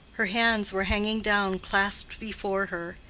her hands were hanging down clasped before her,